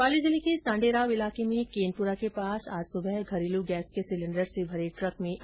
पाली जिले के सांडेराव इलाके में केनपुरा के पास आज सुबह घरेलू गैस के सिलेण्डर से भरे ट्रक में अचानक आग लग गई